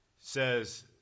says